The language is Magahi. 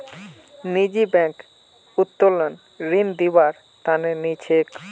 निजी बैंक उत्तोलन ऋण दिबार तैयार नइ छेक